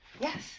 Yes